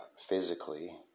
physically